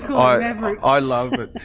i i love it,